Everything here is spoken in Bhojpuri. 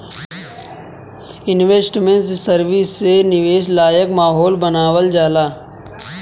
इन्वेस्टमेंट सर्विस से निवेश लायक माहौल बानावल जाला